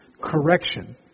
correction